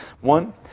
One